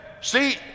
See